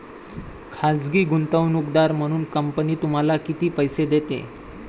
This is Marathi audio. खाजगी गुंतवणूकदार म्हणून कंपनी तुम्हाला किती पैसे देते?